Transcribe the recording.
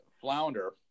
Flounder